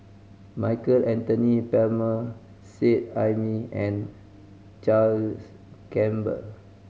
Michael Anthony Palmer Seet Ai Mee and Charles Gamba